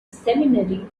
seminary